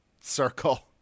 circle